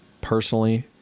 personally